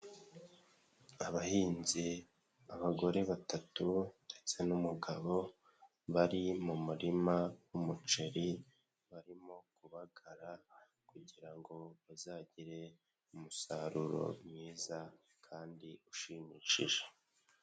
Abahinzi abagore batatu ndetse n'umugabo, bari mu murima w'umuceri barimo kubagara kugira ngo bazagire umusaruro mwiza kandi ushimishije.